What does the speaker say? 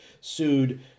sued